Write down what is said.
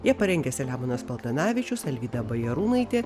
jie parengė selemonas paltanavičius alvyda bajarūnaitė